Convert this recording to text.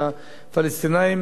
אינה תמת לב,